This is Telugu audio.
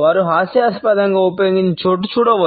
వారు హాస్యాస్పదంగా ఉపయోగించిన చోట చూడవచ్చు